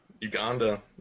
Uganda